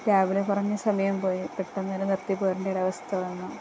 രാവിലെ പറഞ്ഞ സമയം പോയി പെട്ടന്നുതന്നെ നിർത്തിപ്പോരേണ്ട ഒരവസ്ഥ വന്നു